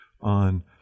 on